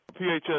PHS